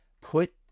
put